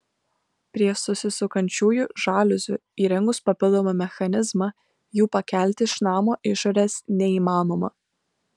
prie susisukančiųjų žaliuzių įrengus papildomą mechanizmą jų pakelti iš namo išorės neįmanoma